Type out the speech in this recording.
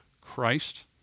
Christ